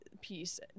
piece